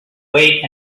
wait